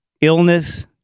Illness